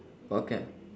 or can